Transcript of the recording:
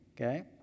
Okay